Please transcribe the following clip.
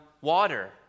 water